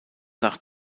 nach